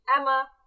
emma